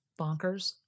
bonkers